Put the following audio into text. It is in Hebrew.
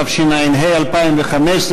התשע"ה 2015,